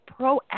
proactive